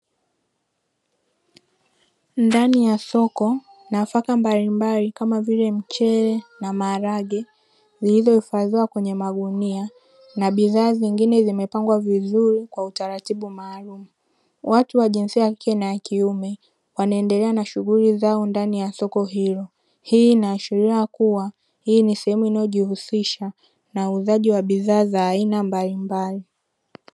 Ndani ya soko nafaka mbalimbali kama vile mchele na maharage zilizohifadhiwa kwenye magunia na bidhaa zingine zimepangwa vizuri kwa utaratibu maalumu, watu wa jinsia ya kike na kiume wanaendelea na shughuli zao ndani ya soko hilo, hii inaashiria kuwa hii ni sehemu inayojihusisha na uuzaji wa bidhaa za aina mbalimbali.